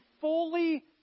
fully